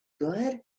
good